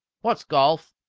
what's golf?